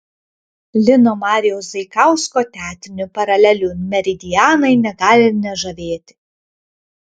lino marijaus zaikausko teatrinių paralelių meridianai negali nežavėti